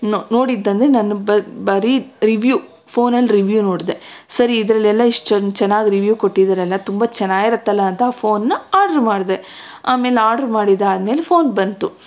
ನೋಡಿದೆಂದರೆ ನಾನು ಬರೀ ರಿವ್ಯೂ ಫೋನಲ್ಲಿ ರಿವ್ಯೂ ನೋಡಿದೆ ಸರಿ ಇದರಲ್ಲೆಲ್ಲ ಇಷ್ಟು ಚೆನ್ನಾಗಿ ರಿವ್ಯೂ ಕೊಟ್ಟಿದ್ದಾರಲ್ಲ ತುಂಬ ಚೆನ್ನಾಗಿರುತ್ತಲ್ಲ ಅಂತ ಫೋನ್ನ ಆರ್ಡ್ರು ಮಾಡಿದೆ ಆಮೇಲೆ ಆರ್ಡ್ರು ಮಾಡಿದ್ದಾದ್ಮೇಲೆ ಫೋನ್ ಬಂತು